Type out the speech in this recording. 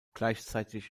gleichzeitig